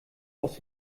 aus